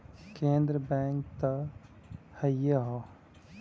केन्द्र बैंक त हइए हौ